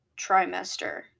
trimester